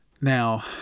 Now